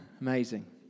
Amazing